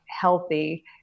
healthy